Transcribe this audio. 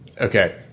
Okay